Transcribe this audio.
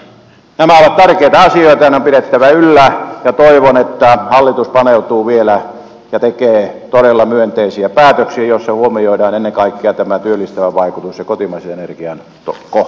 nämä ovat tärkeitä asioita ja niitä on pidettävä yllä ja toivon että hallitus paneutuu vielä ja tekee todella myönteisiä päätöksiä joissa huomioidaan ennen kaikkea tämä työllistävä vaikutus ja kotimaisen energian kohta